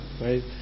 right